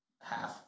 Half